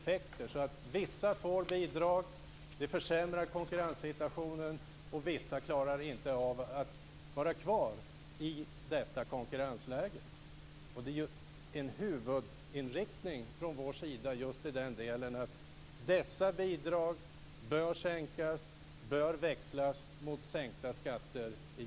Om vissa får bidrag försämras konkurrenssituationen, och en del klarar inte ett sådant konkurrensläge. Det är för oss en huvudinriktning att dessa bidrag bör sänkas och utväxlas mot sänkta skatter.